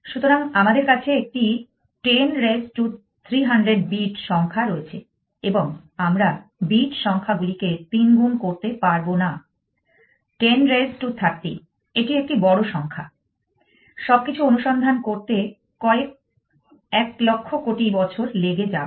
সুতরাং আমাদের কাছে একটি 10 রেজ টু 300 বিট সংখ্যা রয়েছে এবং আমরা bit সংখ্যাগুলিকে তিনগুণ করতে পারবনা 10 রেজ টু 30 এটি একটি বড় সংখ্যা সবকিছু অনুসন্ধান করতে কয়েক এক লক্ষ কোটি বছর লেগে যাবে